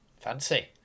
fancy